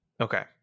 okay